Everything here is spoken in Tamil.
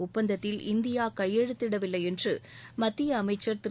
ஒப்பந்தத்தில் இந்தியா கையெழுத்திடவில்லை என்று மத்திய அமைச்சர் திரு